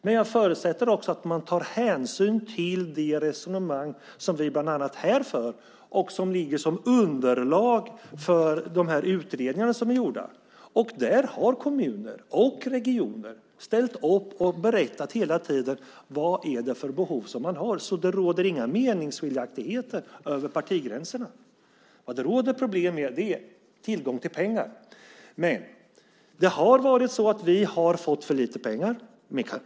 Men jag förutsätter också att man tar hänsyn till de resonemang som vi bland annat för här och som ligger som underlag för de utredningar som är gjorda. Där har kommuner och regioner ställt upp och hela tiden berättat vad det är för behov man har. Det råder inga meningsskiljaktigheter över partigränserna. Det är problem med tillgång till pengar. Vi har fått för lite pengar.